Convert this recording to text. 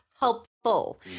helpful